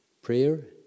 Prayer